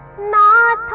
not